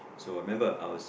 so I remember I was